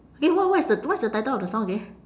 again w~ what is the what's the title of the song again